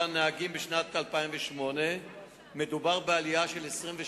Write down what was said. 2. אם כן,